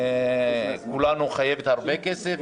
כולנו חייבת הרבה כסף,